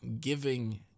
Giving